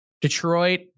Detroit